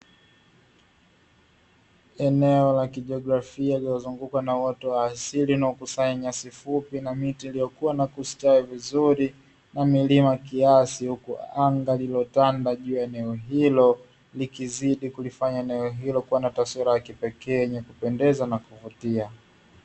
Eneo la kijiografia lililozungukwa na uoto wa asili, linalokusanya nyasi fupi na miti iliyokua na kustawi vizuri na milima kiasi, huku anga lililotanda juu ya eneo likizidi kulifanya eneo hilo kuwa na taswira ya kipekee na yenye kuvutia.